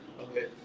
Okay